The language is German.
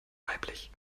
weiblich